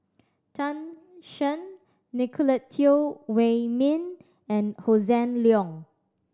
Tan Shen Nicolette Teo Wei Min and Hossan Leong